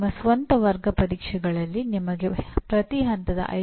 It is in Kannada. ನಾವು ಮಾಡಿದ ಎಲ್ಲಾ ಕಾರ್ಯಾಗಾರಗಳಲ್ಲಿ ಇದನ್ನು ಹೇಳಲಾಗಿದೆ